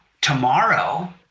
tomorrow